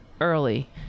early